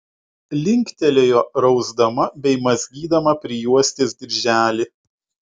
linktelėjo rausdama bei mazgydama prijuostės dirželį